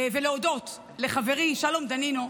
להודות לחברי שלום דנינו,